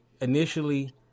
initially